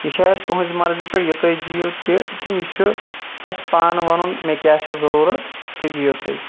یہِ چھا اَسہِ تُہٕنٛزِ مَرضی پیٚٹھ یہِ تُہۍ دِیِو تہِ کِنہٕ یہِ چھُ اَسہِ پانہٕ وَنُن مےٚ کیاہ چھُ ضوٚروٗرَت تہِ دِیِو تُہۍ